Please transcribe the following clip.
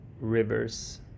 rivers